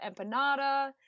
empanada